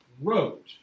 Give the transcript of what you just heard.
wrote